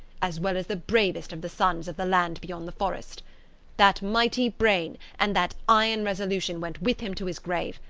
as well as the bravest of the sons of the land beyond the forest that mighty brain and that iron resolution went with him to his grave,